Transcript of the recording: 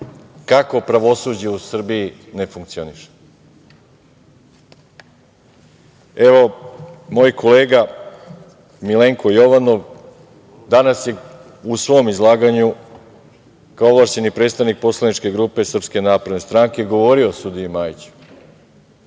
kako pravosuđe u Srbiji ne funkcioniše. Evo, moj kolega Milenko Jovanov danas je u svom izlaganju, kao ovlašćeni predstavnik poslaničke grupe SNS, govorio o sudiji Majiću.